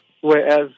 Whereas